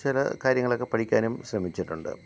ചില കാര്യങ്ങളെക്കെ പഠിക്കാനും ശ്രമിച്ചിട്ടുണ്ട്